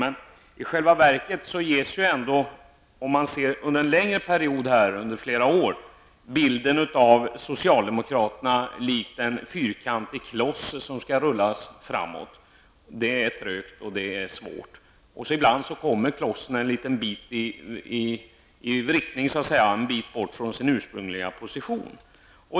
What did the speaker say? Men i själva verket är ändå, om man ser till en längre period, flera år, bilden av socialdemokraterna lik en fyrkantig kloss som skall rullas framåt. Det är trögt och svårt. Ibland kommer klossen en bit bort från sin ursprungliga position.